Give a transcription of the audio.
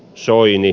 kisoihin